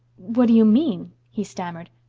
what do you mean? he stammered.